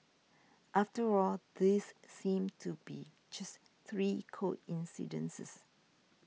after all these seem to be just three coincidences